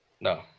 No